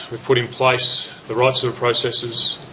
we've put in place the right sort of processes.